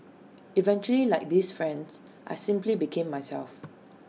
eventually like these friends I simply became myself